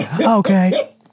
Okay